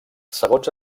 segons